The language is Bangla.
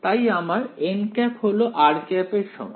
তাই আমার হল এর সমান